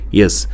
yes